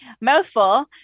Mouthful